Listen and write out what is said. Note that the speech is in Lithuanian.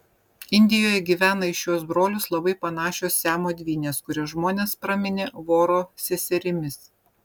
indijoje gyvena į šiuos brolius labai panašios siamo dvynės kurias žmonės praminė voro seserimis